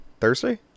Thursday